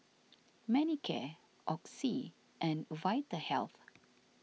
Manicare Oxy and Vitahealth